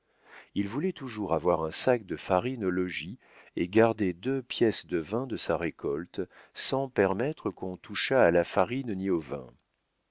il voulait toujours avoir un sac de farine au logis et garder deux pièces de vin de sa récolte sans permettre qu'on touchât à la farine ni au vin